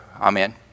Amen